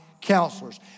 counselors